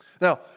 Now